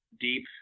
deep